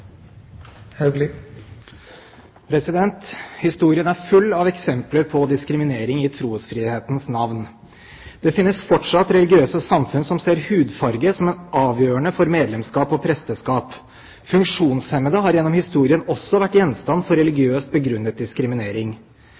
minutter. Historien er full av eksempler på diskriminering i trosfrihetens navn. Det finnes fortsatt religiøse samfunn som ser hudfarge som avgjørende for medlemskap og presteskap. Funksjonshemmede har gjennom historien også vært gjenstand for religiøst begrunnet diskriminering.